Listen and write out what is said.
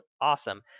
awesome